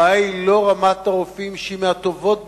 הבעיה היא לא רמת הרופאים, שהיא מהטובות בעולם.